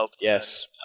yes